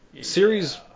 Series